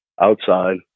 outside